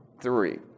three